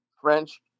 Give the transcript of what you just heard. French